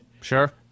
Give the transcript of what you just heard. Sure